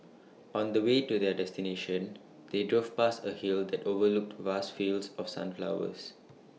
on the way to their destination they drove past A hill that overlooked vast fields of sunflowers